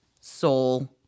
soul